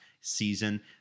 season